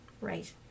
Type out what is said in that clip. Right